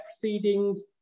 proceedings